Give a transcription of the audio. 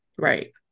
Right